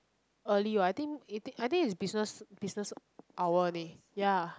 early what I think I think is business business hour leh ya